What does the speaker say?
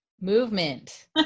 Movement